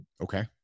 Okay